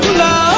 love